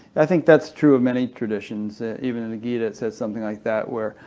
i think that's true of many traditions. even in the gita it says something like that where,